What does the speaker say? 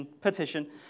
petition